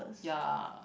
ya